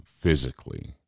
physically